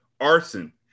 Arson